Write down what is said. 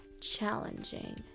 challenging